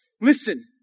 Listen